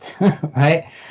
right